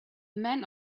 men